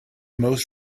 more